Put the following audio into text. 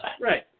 Right